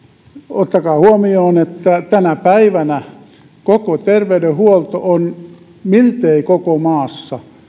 ottakaa huomioon että tänä päivänä koko terveydenhuolto on miltei koko maassa